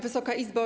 Wysoka Izbo!